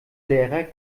lehrer